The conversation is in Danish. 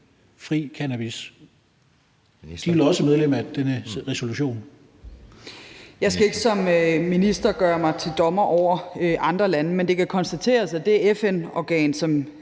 og sundhedsministeren (Sophie Løhde): Jeg skal ikke som minister gøre mig til dommer over andre lande, men det kan konstateres, at det FN-organ, som